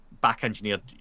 back-engineered